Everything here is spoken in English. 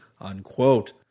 unquote